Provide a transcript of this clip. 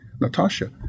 Natasha